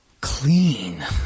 clean